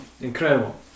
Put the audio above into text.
incredible